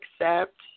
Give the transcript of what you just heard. accept